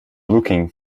looking